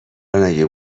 الان